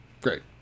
Great